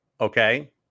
okay